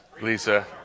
Lisa